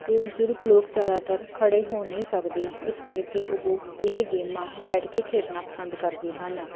ਅਤੇ ਬਜ਼ੁਰਗ ਲੋਕ ਜ਼ਿਆਦਾਤਰ ਖੜੇ ਹੋ ਨਹੀਂ ਸਕਦੇ ਇਸ ਕਰਕੇ ਉਹ ਇਹ ਗੇਮਾਂ ਬੈਠ ਕੇ ਖੇਡਣਾ ਪਸੰਦ ਕਰਦੇ ਹਨ